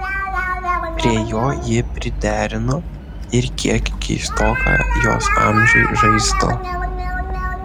prie jo ji priderino ir kiek keistoką jos amžiui žaislą